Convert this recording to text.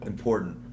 Important